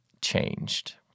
changed